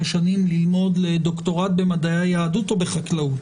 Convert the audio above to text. שנים וללמוד לדוקטורט במדעי היהדות או בחקלאות.